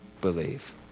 believe